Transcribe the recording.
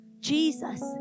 Jesus